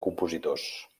compositors